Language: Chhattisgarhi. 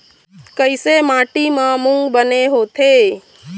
कइसे माटी म मूंग बने होथे?